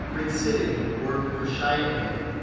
rick sittig worked for chiat day,